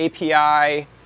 API